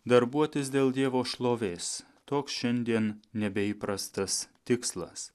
darbuotis dėl dievo šlovės toks šiandien nebeįprastas tikslas